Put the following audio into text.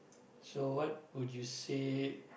so what would you say